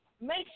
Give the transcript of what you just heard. make